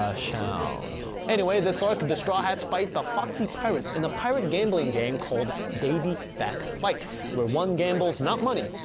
ah anyways this arc the straw hats fight the foxy pirates in a pirate gambling game called davy back fight where one gambles not money,